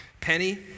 Penny